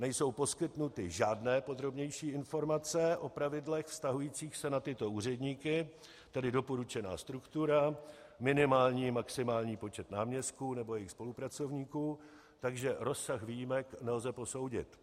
Nejsou poskytnuty žádné podrobnější informace o pravidlech vztahujících se na tyto úředníky, tedy doporučená struktura, minimální/maximální počet náměstků nebo jejich spolupracovníků, takže rozsah výjimek nelze posoudit.